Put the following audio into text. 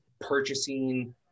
purchasing